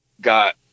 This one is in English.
got